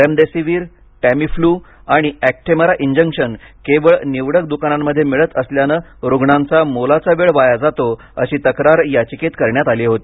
remdesivir Tamiflu आणि Actemra injection केवळ निवडक दुकानांमध्ये मिळत असल्यानं रुग्णांचा मोलाचा वेळ वाया जातो अशी तक्रार याचिकेत करण्यात आली होती